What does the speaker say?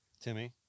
Timmy